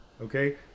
Okay